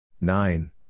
nine